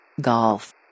Golf